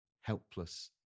helpless